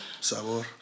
Sabor